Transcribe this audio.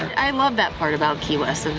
i love that part about key west,